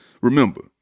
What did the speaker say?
remember